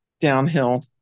downhill